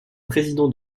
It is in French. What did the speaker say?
président